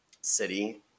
city